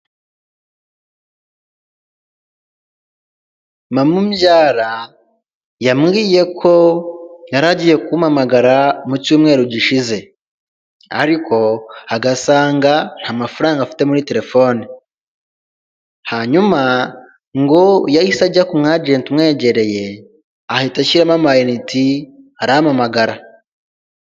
Mama umbyara yambwiye ko yari agiye kumpamagara mu cyumweru gishize ariko agasanga nta mafaranga afite muri telefone, hanyuma ngo yahise ajya ku mu ajenti umwegereye ahita ashyiramo amayiniti arampamagara.